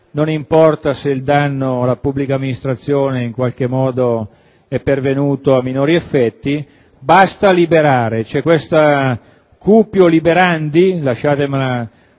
non importa se il danno alla pubblica amministrazione in qualche modo è pervenuto a minori effetti, basta liberare. C'è questa *cupio* *liberandi* (lasciatemela